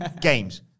Games